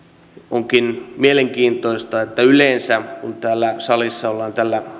onkin mielenkiintoista että yleensä kun täällä salissa ollaan tällä